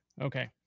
Okay